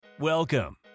Welcome